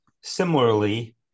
similarly